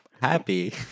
happy